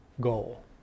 goal